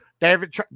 David